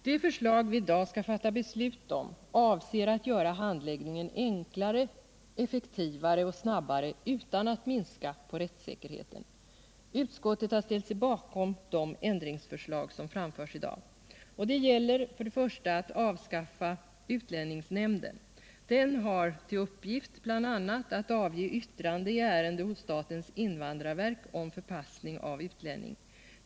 De förslag vi i dag skall fatta beslut om avser att göra handläggningen enklare, effektivare och snabbare utan att minska på rättssäkerheten. Utskottet har ställt sig bakom de ändringsförslag som framförs i dag, och de gäller följande. 1. Avskaffande av utlänningsnämnden. Den har till uppgift bl.a. att avge yttrande i ärende hos statens invandrarverk om förpassning av utlänning.